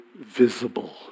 visible